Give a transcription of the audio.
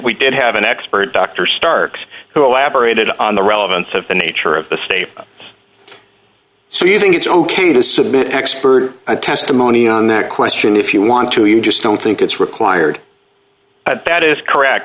we did have an expert dr starke who operated on the relevance of the nature of the state so you think it's ok to submit expert testimony on that question if you want to you just don't think it's required but that is correct